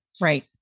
Right